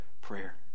prayer